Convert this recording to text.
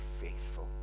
faithful